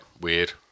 weird